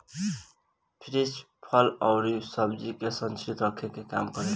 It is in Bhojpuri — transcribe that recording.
फ्रिज फल अउरी सब्जी के संरक्षित रखे के काम करेला